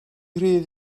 rhydd